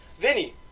Vinny